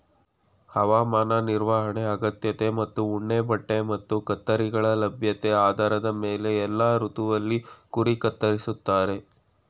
ಹವಾಮಾನ ನಿರ್ವಹಣೆ ಅಗತ್ಯತೆ ಮತ್ತು ಉಣ್ಣೆಬಟ್ಟೆ ಮತ್ತು ಕತ್ತರಿಗಳ ಲಭ್ಯತೆ ಆಧಾರದ ಮೇಲೆ ಎಲ್ಲಾ ಋತುವಲ್ಲಿ ಕುರಿ ಕತ್ತರಿಸ್ತಾರೆ